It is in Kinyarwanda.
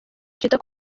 twitter